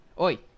Oi